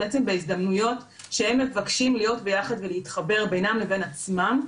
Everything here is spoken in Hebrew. בהזדמנויות שהם מבקשים להיות ביחד ולהתחבר בינם לבין עצמם,